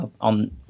on